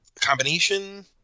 combination